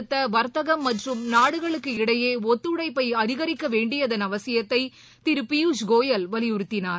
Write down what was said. digital வர்த்தகம் மற்றும் நாடுகளுக்கு இடையேஒத்துழைப்பைஅதிகரிக்கவேண்டியதன் அவசியத்தைதிருபியூஷ் கோயல் வலியுறுத்தினார்